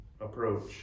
approach